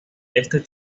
este